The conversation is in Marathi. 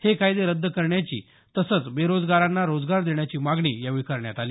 हे कायदे रद्द करण्याची तसंच बेरोजगारांना रोजगार देण्याची मागणी यावेळी करण्यात आली